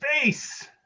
space